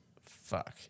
fuck